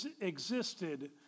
existed